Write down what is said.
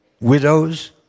Widows